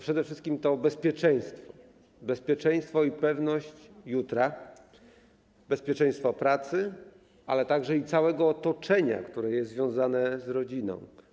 Przede wszystkim bezpieczeństwo: bezpieczeństwo i pewność jutra, bezpieczeństwo pracy, ale także całego otoczenia, które jest związane z rodziną.